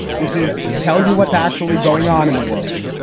this is tell you what's actually going on in the world.